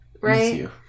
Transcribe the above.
right